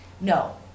no